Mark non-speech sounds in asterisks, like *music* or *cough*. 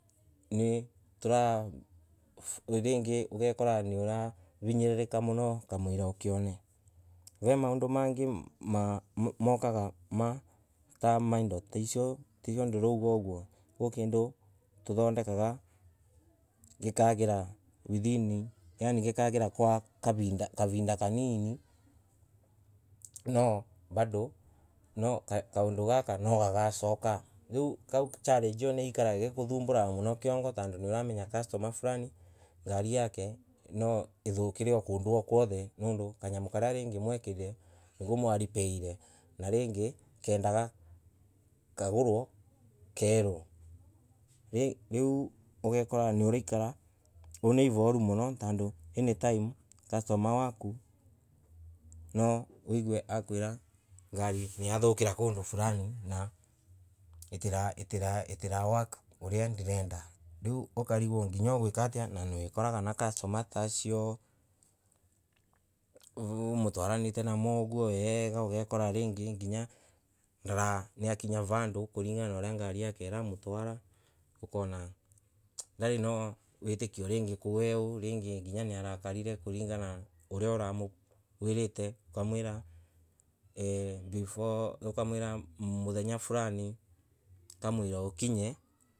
Ringi urakora uravivinyiririrka muno kamwila ukione, vee maundo mangi maukaga ta maindo ta icio ndoro uguo gwi kindu tuthondekaga ikagara withiri yaani ikagara kwa kavinda kanini no bado kaundu gaka nwa kagasoka riu challenge io ni ikara igiku thumbura muno kiongo tondu niuramenya customer ngari yake nwa ithukire kondo o kwothe nondu kanyamu karia kana murekiririe kana mura ka repair ringi kenda kagurwe kengi keru riu ugakora niurekara wina ivoru muno tondu any time customer waku no wigue akwira ngari ni ya thoka kundu fulani na itara work uria arenda riu uka rigwa niweka atia na ukorogwa wina customer ta asio vau mutwaranite nao vau uguo wega ugakora nginya niakinya vandu kulinganaa na uria ngari yake iramutwaka ukona ndari na witikio nawe ringi tondu niarakarire kulingana na uria uramwirite wa mwira *hesitation* before *hesitation* muthenya fulani ukinye.